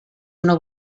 una